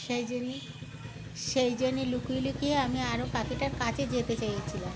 সেই জন্যই সেই জন্যই লুকিয়ে লুকিয়ে আমি আরও কাছে যেতে চেয়েছিলাম